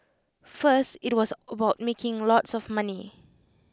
first IT was about making lots of money